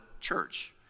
church